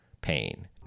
pain